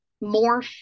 more